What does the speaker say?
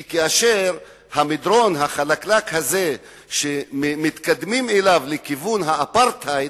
כי כאשר המדרון החלקלק הזה שמתקדמים בו לכיוון האפרטהייד,